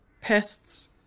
pests